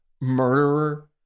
murderer